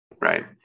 Right